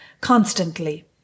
constantly